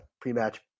pre-match